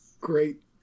great